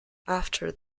after